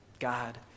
God